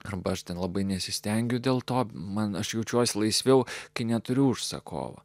arba aš ten labai nesistengiu dėl to man aš jaučiuosi laisviau kai neturiu užsakovo